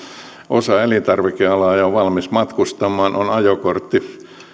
osaa elintarvikealaa ja on valmis matkustamaan on ajokortti